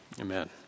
Amen